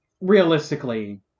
realistically